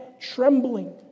trembling